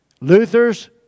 Luther's